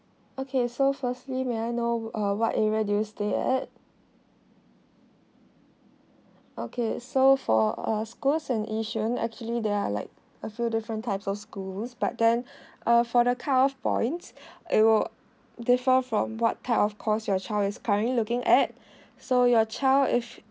okay so firstly may I know uh what area do you stay at okay so for uh schools and yishun actually there are like a few different types of schools but then uh for the cut off points it would differ from what type of course your child is currently looking at so your child if